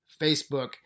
Facebook